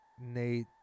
Nate